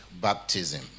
baptism